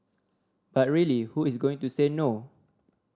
but really who is going to say no